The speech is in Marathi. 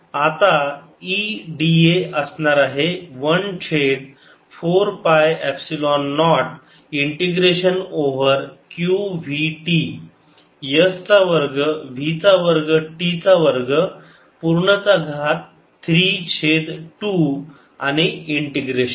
da q2ϵ0vtR2v2t232 1 आता E da असणार आहे 1 छेद 4 पाय epsilon naught integration over q v t s चा वर्ग v चा वर्ग t चा वर्ग पूर्ण चा घात 3 छेद 2 आणि इंटिग्रेशन